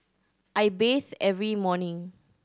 I bathe every morning